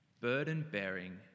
Burden-bearing